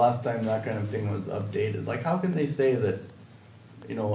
last time that kind of thing was updated like how can they say that you know